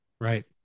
right